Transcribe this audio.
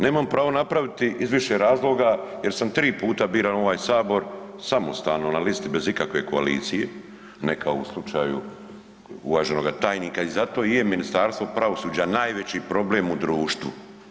Nemam pravo napraviti iz više razloga jer sam tri puta biran u ovaj Sabor samostalno na listi bez ikakve koalicije, ne kao u slučaju uvaženoga tajnika i zato i je Ministarstvo pravosuđa najveći problem u društvu.